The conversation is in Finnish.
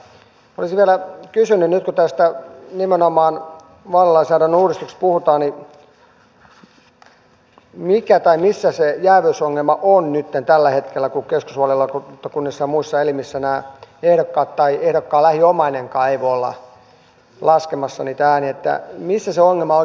mutta olisin vielä kysynyt kun nyt nimenomaan tästä vaalilainsäädännön uudistuksesta puhutaan että mikä tai missä se jääviysongelma on nytten tällä hetkellä kun keskusvaalilautakunnissa ja muissa elimissä ehdokkaat tai ehdokkaan lähiomainenkaan eivät voi olla laskemassa niitä ääniä että missä se ongelma oikeasti nähtiin